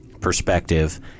perspective